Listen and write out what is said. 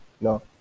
no